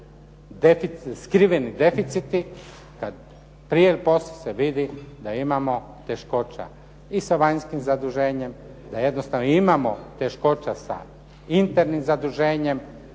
skriveni deficiti kad prije ili poslije se vidi da imamo teškoća i sa vanjskim zaduženjem, da jednostavno imamo teškoća sa internim zaduženjem